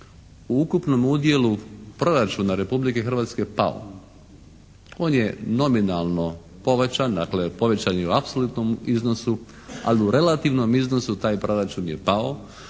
u ukupnom udjelu proračuna Republike Hrvatske pao. On je nominalno povećan. Dakle povećan je u apsolutnom iznosu, ali u relativnom iznosu taj proračun je pao.